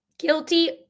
Guilty